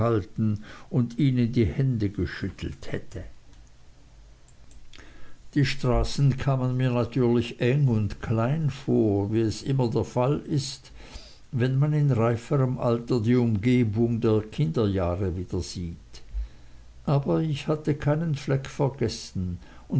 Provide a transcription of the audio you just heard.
und ihnen die hände geschüttelt hätte die straßen kamen mir natürlich eng und klein vor wie es immer der fall ist wenn man in reiferem alter die umgebung der kinderjahre wiedersieht aber ich hatte keinen fleck vergessen